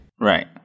Right